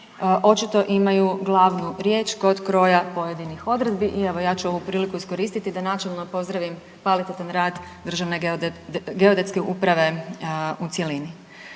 očito imaju glavnu riječ kod kroja pojedinih odredbi i evo, ja ću ovu priliku iskoristiti da načelno pozdravim kvalitetan rad Državne geodetske uprave u cjelini.